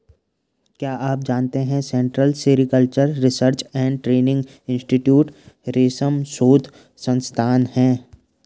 क्या आप जानते है central sericultural research and training institute रेशम शोध संस्थान है?